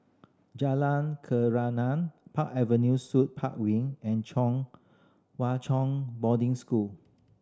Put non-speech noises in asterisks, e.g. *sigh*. Jalan *unintelligible* Park Avenue Suite Park Wing and Chong Hwa Chong Boarding School